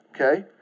Okay